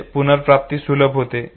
म्हणजे पुनर्प्राप्ती सुलभ होते